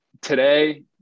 today